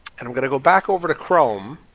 and i'm going to go back over to chrome.